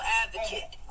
advocate